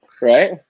Right